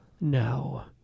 Now